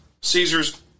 Caesars